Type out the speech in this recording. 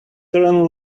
turn